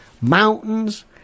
mountains